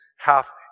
half